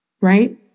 Right